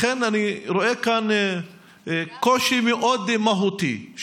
אני רואה כאן קושי מאוד מהותי,